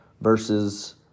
versus